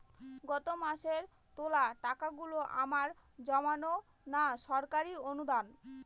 গত মাসের তোলা টাকাগুলো আমার জমানো না সরকারি অনুদান?